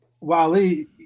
Wally